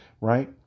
right